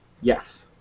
Yes